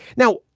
now,